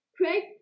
Craig